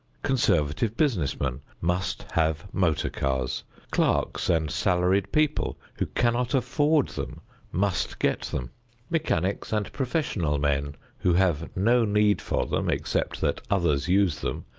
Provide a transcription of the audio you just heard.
conservative business men must have motor cars clerks and salaried people who cannot afford them must get them mechanics and professional men who have no need for them, except that others use them,